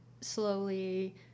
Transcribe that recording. slowly